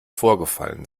vorgefallen